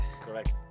correct